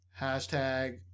Hashtag